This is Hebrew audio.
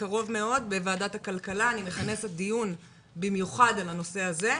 בקרוב מאוד אני אכנס דיון בוועדת הכלכלה במיוחד על הנושא הזה.